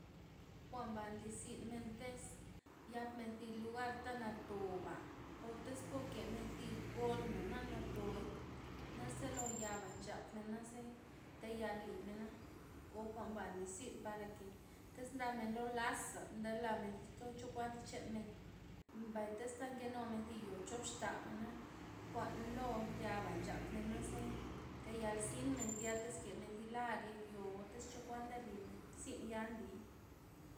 Jwa'nba nli zynmen tez, yapmen zi lugar ta natoba', o tez pokemen zigon na nathoi. naze lo yaba' nchapmen naze tayal limena. o jwa'nba nlizyn parake tiz ndamen lola'sa ndelamen zi- chokuan jwa'n chamne, mbay tez nkenumen ziyo chop xta'bana na jwa'n lo ya'ba nchapmen naze tayal zinmen tya iz kemen zi lar yek yo ocho kuan ndelimen, zyn ya nlii.